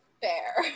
fair